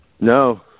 No